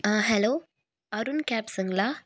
ஆ hello Arun கேப்ஸுங்களா